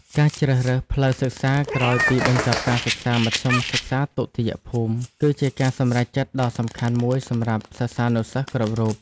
ការជ្រើសរើសផ្លូវសិក្សាក្រោយពីបញ្ចប់ការសិក្សាមធ្យមសិក្សាទុតិយភូមិ គឺជាការសម្រេចចិត្តដ៏សំខាន់មួយសម្រាប់សិស្សានុសិស្សគ្រប់រូប។